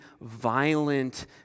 violent